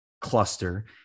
cluster